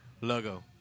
logo